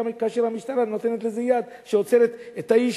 כאשר המשטרה נותנת לזה יד ועוצרת את האיש